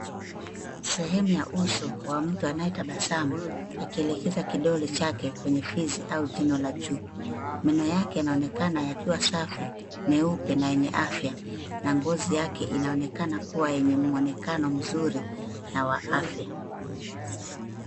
Sehemu ya uso wa mtu anayetabasamu, akielekeza kidole chake kwenye fizi au jino la juu. Meno yake yanaonekana yakiwa safi, meupe na yenye afya, na ngozi yake inaonekana kuwa yenye muonekano mzuri na wa afya.